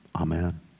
Amen